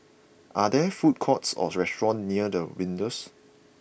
are there food courts or restaurants near The Windsor